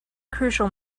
crucial